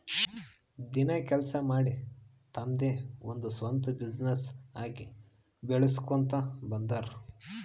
ದಿನ ಕೆಲ್ಸಾ ಮಾಡಿ ತಮ್ದೆ ಒಂದ್ ಸ್ವಂತ ಬಿಸಿನ್ನೆಸ್ ಹಾಕಿ ಬೆಳುಸ್ಕೋತಾ ಬಂದಾರ್